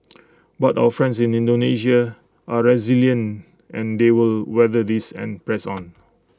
but our friends in Indonesia are resilient and they will weather this and press on